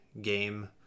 game